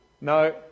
No